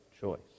choice